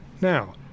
now